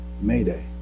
mayday